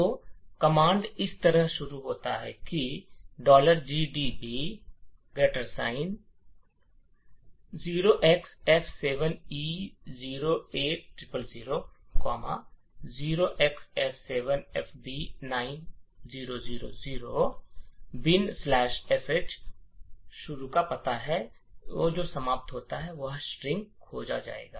तो command इस तरह शुरू होता है तो यह gdb मिल 0xF7E08000 0xF7FB9000 बिनश ""binsh"" शुरू पता समाप्त पता और स्ट्रिंग खोजा जाएगा